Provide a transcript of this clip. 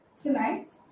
tonight